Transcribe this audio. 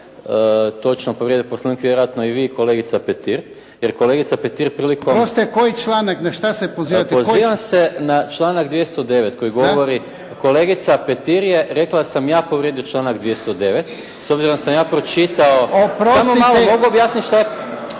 točno povrijedio Poslovnik. Vjerojatno i vi kolegica Petir jer kolegica Petir prilikom …… /Upadica: Oprostite koji članak? Na šta se pozivate?/ … Pozivam se na članak 209. koji govori, kolegica Petir je rekla da sam ja povrijedio članak 209. S obzirom da sam ja pročitao …… /Upadica: Oprostite/ … Samo malo mogu objasniti šta je